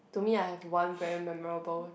to me I have one very memorable